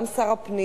גם שר הפנים,